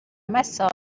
myself